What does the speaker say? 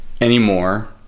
Anymore